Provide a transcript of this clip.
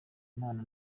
mana